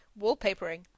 wallpapering